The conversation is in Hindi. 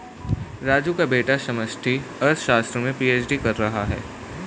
राजू का बेटा समष्टि अर्थशास्त्र में पी.एच.डी कर रहा है